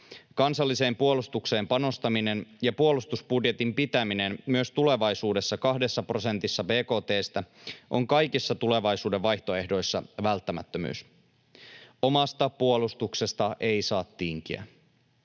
Kansalliseen puolustukseen panostaminen ja puolustusbudjetin pitäminen myös tulevaisuudessa kahdessa prosentissa bkt:stä on kaikissa tulevaisuuden vaihtoehdoissa välttämättömyys. Omasta puolustuksesta ei saa tinkiä.